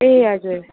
ए हजुर